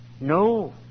No